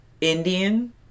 Indian